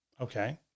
Okay